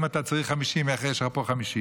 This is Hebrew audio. אם אתה צריך 50, איך יש לך פה 50?